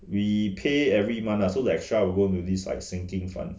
we pay every month lah so the extra will go into this like sinking fund